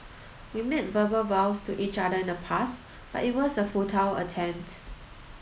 we made verbal vows to each other in the past but it was a futile attempt